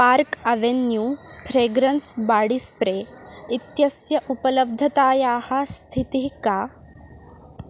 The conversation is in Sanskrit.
park Avenue fragrance body spray इत्यस्य उपलब्धतायाः स्थितिः का